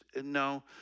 no